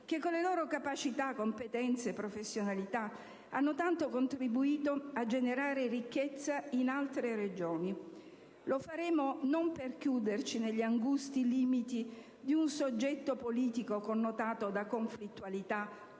che, con le loro capacità, competenze, professionalità, hanno tanto contribuito a generare ricchezza in altre Regioni. Lo faremo non per chiuderci negli angusti limiti di un soggetto politico connotato da conflittualità